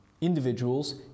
individuals